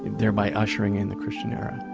thereby ushering in the christian era.